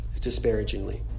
disparagingly